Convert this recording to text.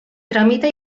tramita